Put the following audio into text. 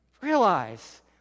realize